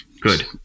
Good